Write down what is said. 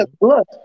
Look